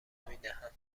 نمیدهند